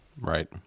Right